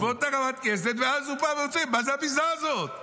בעקבות הבג"ץ שלה היועץ המשפטי למשרד האוצר אמר לעכב.